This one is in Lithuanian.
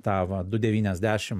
tą va du devyniasdešim